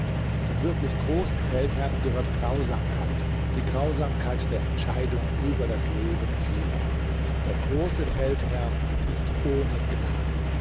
zum wirklich großen feldherrn gehört grausamkeit die grausamkeit der entscheidung über das leben vieler der große feldherr ist ohne gnade